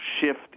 shift